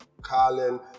Carlin